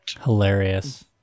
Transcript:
hilarious